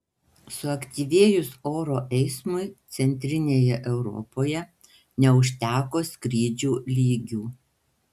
suaktyvėjus oro eismui centrinėje europoje neužteko skrydžių lygių